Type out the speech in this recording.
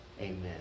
Amen